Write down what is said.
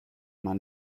man